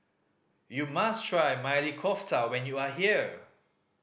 you must try Maili Kofta when you are here